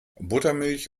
buttermilch